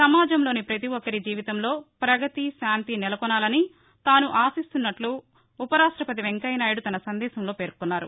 సమాజంలోని ప్రతి ఒక్కరి జీవితంలో ప్రపగతి శాంతి నెలకొనాలని తాను ఆశిస్తున్నట్ల ఉప రాష్టపతి వెంకయ్య నాయుడు తన సందేశంలో పేర్కొన్నారు